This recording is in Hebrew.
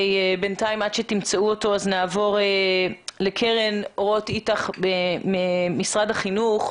ל-זום נעבור לקרן רוט איטח ממשרד החינוך.